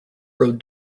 road